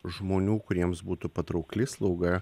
žmonių kuriems būtų patraukli slauga